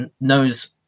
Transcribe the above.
knows